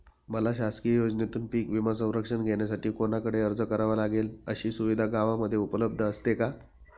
मला शासकीय योजनेतून पीक विमा संरक्षण घेण्यासाठी कुणाकडे अर्ज करावा लागेल? अशी सुविधा गावामध्ये उपलब्ध असते का?